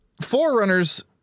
Forerunners